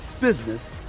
business